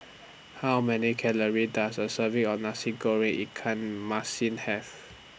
How Many Calories Does A Serving of Nasi Goreng Ikan Masin Have